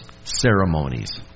ceremonies